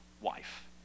wife